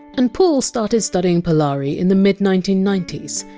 and paul started studying polari in the mid nineteen ninety s,